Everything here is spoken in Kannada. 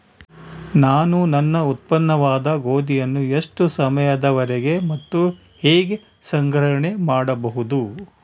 ನಾನು ನನ್ನ ಉತ್ಪನ್ನವಾದ ಗೋಧಿಯನ್ನು ಎಷ್ಟು ಸಮಯದವರೆಗೆ ಮತ್ತು ಹೇಗೆ ಸಂಗ್ರಹಣೆ ಮಾಡಬಹುದು?